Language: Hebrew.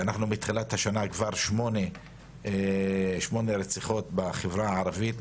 מתחילת השנה כבר מדובר על שמונה רציחות בחברה הערבית,